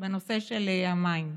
בנושא של המים.